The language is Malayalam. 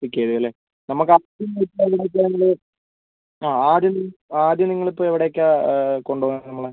പിക്ക് ചെയ്യും അല്ലേ നമുക്ക് ആദ്യം നമ്മൾ ആ ആദ്യം ആദ്യം നിങ്ങൾ ഇപ്പോൾ എവിടേക്കാണ് കൊണ്ടുപോവുക നമ്മളെ